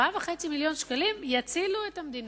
4.5 מיליוני שקלים יצילו את המדינה,